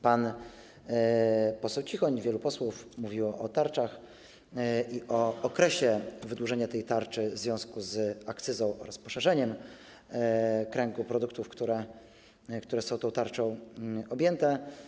Pan poseł Cichoń i wielu posłów mówiło o tarczach i o okresie wydłużenia tej tarczy w związku z akcyzą oraz poszerzeniem kręgu produktów, które są tą tarczą objęte.